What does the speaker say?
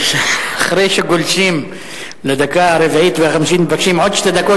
אחרי שגולשים לדקה הרביעית והחמישית ומבקשים עוד שתי דקות,